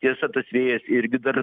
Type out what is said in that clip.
tiesa tas vėjas irgi dar